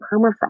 permafrost